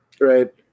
Right